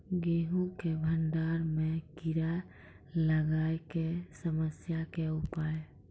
गेहूँ के भंडारण मे कीड़ा लागय के समस्या के उपाय?